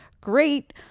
great